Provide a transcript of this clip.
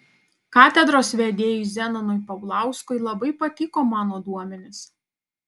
katedros vedėjui zenonui paulauskui labai patiko mano duomenys